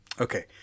Okay